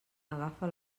agafa